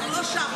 אנחנו לא שם.